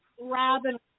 Robin